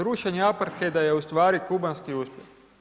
Rušenje Aparteda je ustvari kubanski uspjeh.